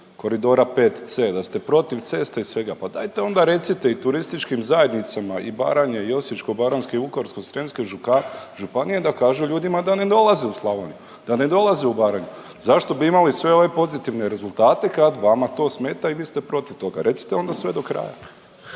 koridora VC, da ste protiv ceste i svega pa dajte onda recite i turističkim zajednicama i Baranje i Osječko-baranjske i Vukovarsko-srijemske županije da kažu ljudima da ne dolaze u Slavoniju, da ne dolaze u Baranju. Zašto bi imali sve ove pozitivne rezultate kad vama to smeta i vi ste protiv toga? Recite onda sve do kraja.